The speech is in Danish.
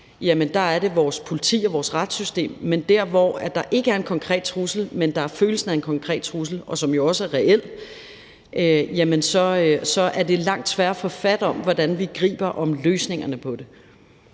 er det op til vores politi og vores retssystem. Men der, hvor der ikke er en konkret trussel, men hvor der er en følelse af en konkret trussel, som jo også er reel, er det langt sværere, i forhold til hvordan vi skal få fat om det